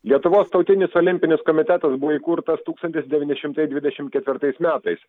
lietuvos tautinis olimpinis komitetas buvo įkurtas tūkstantis devyni šimtai dvidešimt ketvirtais metais